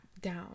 down